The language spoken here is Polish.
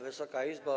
Wysoka Izbo!